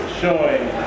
showing